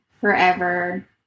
forever